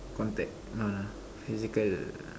contact no lah physical